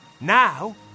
Now